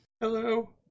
Hello